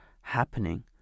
happening